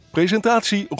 Presentatie